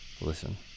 Listen